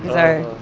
are